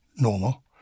normal